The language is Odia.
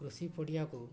କୃଷି ପଡ଼ିଆକୁ